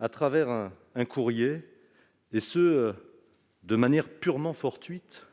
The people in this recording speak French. le biais d'un courrier, et cela, de manière purement fortuite,